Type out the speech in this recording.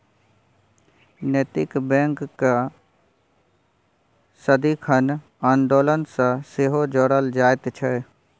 नैतिक बैंककेँ सदिखन आन्दोलन सँ सेहो जोड़ल जाइत छै